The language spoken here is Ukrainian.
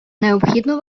необхідно